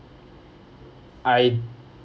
I